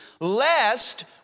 Lest